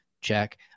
check